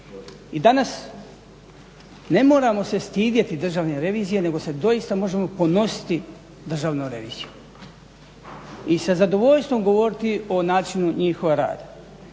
I danas ne moramo se stidjeti Državne revizije nego se doista možemo ponositi Državom revizijom i sa zadovoljstvom govoriti o načinu njihova rada.